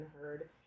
heard